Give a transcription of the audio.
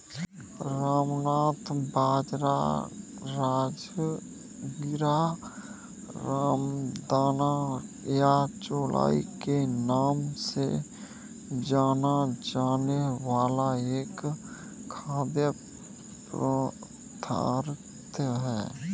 अमरनाथ बाजरा, राजगीरा, रामदाना या चौलाई के नाम से जाना जाने वाला एक खाद्य पदार्थ है